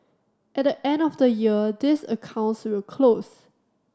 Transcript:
at the end of the year these accounts will close